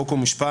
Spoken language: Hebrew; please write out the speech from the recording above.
חוק ומשפט.